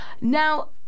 Now